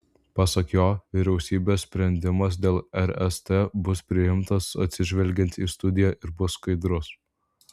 pasak jo vyriausybės sprendimas dėl rst bus priimtas atsižvelgiant į studiją ir bus skaidrus